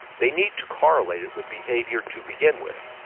they need to correlate it with behaviour to begin with.